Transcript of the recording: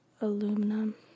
Aluminum